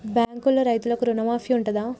బ్యాంకులో రైతులకు రుణమాఫీ ఉంటదా?